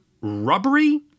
rubbery